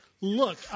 look